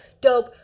dope